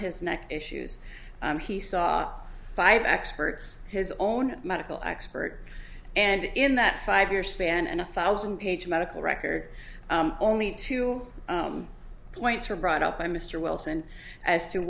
his neck issues he saw five experts his own medical expert and in that five year span and a thousand page medical record only two points were brought up by mr wilson as to